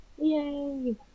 Yay